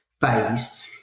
phase